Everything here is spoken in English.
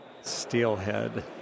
Steelhead